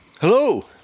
Hello